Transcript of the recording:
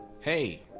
Hey